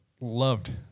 loved